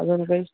अजून काही